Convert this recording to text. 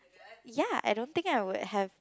ya I don't think I would have